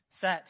set